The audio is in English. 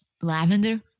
lavender